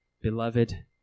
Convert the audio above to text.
beloved